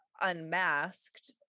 unmasked